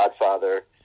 godfather